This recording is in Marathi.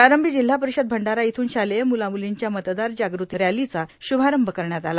प्रारंभी जिल्हा पर्पारषद भंडारा इथून शालेय मुर्लामुर्लांच्या मतदार जागृती रॅलोंचा श्भारंभ करण्यात आला